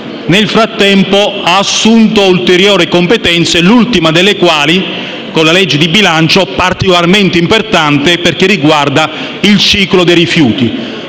Nel frattempo ha assunto ulteriori competenze, l'ultima delle quali con l'ultima legge di bilancio, particolarmente importante perché riguarda il ciclo dei rifiuti.